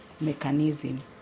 mechanism